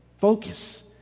focus